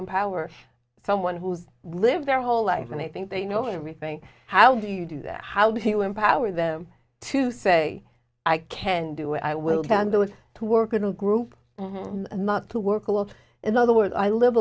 empower someone who's lived their whole life and i think they know everything how do you do that how do you empower them to say i can do what i will can do it to work in a group and not to work a lot in other words i live